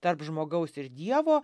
tarp žmogaus ir dievo